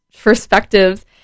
perspectives